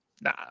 Nah